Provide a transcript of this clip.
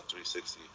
360